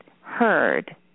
heard